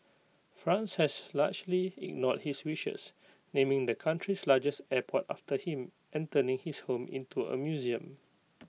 France has largely ignored his wishes naming the country's largest airport after him and turning his home into A museum